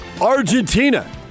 Argentina